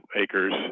acres